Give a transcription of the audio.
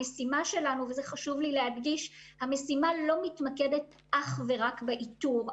המשימה שלנו לא מתמקדת אך ורק באיתור.